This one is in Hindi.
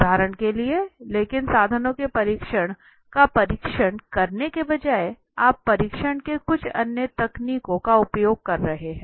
उदाहरण के लिए लेकिन साधनों के परीक्षण का परीक्षण करने के बजाय आप परीक्षण के कुछ अन्य तकनीकों का उपयोग कर रहे हैं